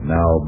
Now